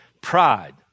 Pride